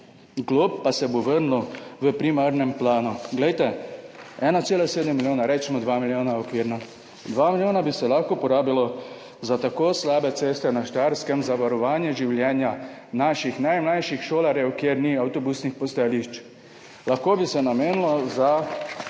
glob pa se bo vrnilo v primarnem planu. Glejte, 1,7 milijona, recimo okvirno 2 milijona, 2 milijona bi se lahko porabilo za tako slabe ceste na Štajerskem, za varovanje življenja naših najmlajših šolarjev, kjer ni avtobusnih postajališč. Lahko bi se namenilo,